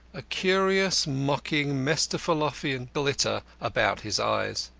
a curious mocking mephistophelian glitter about his eyes,